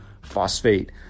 phosphate